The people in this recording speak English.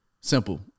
Simple